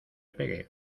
pegue